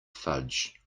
fudge